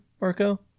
Marco